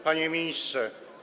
Panie Ministrze!